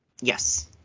Yes